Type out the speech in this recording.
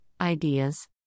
ideas